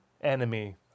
enemy